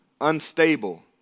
unstable